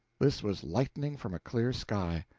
this was lightning from a clear sky,